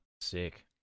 Sick